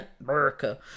America